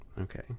Okay